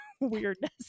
weirdness